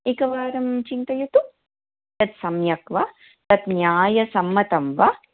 एकवारं चिन्तयतु तत् सम्यक् वा तत् न्यायसम्मतं वा